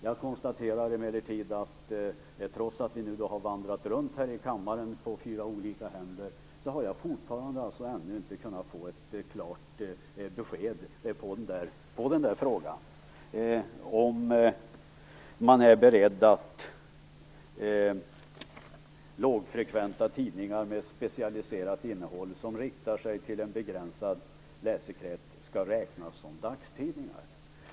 Jag konstaterar emellertid att jag, trots att frågan vandrat runt här i kammaren på fyra olika händer, ännu inte har kunnat få ett klart besked när det gäller frågan om man är beredd att gå med på att lågfrekventa tidningar med specialiserat innehåll som riktar sig till en begränsad läsekrets skall räknas som dagstidningar.